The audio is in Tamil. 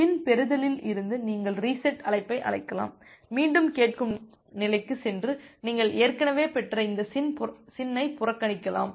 எனவே SYN பெறுதலில் இருந்து நீங்கள் ரீசெட் அழைப்பை அழைக்கலாம் மீண்டும் கேட்கும் நிலைக்குச் சென்று நீங்கள் ஏற்கனவே பெற்ற இந்த SYN ஐ புறக்கணிக்கலாம்